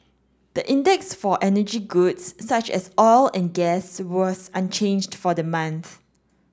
the index for energy goods such as oil and gas was unchanged for the month